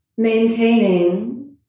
Maintaining